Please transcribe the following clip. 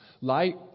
Light